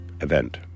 event